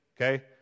okay